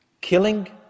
killing